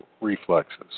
reflexes